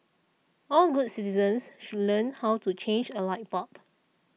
all good citizens should learn how to change a light bulb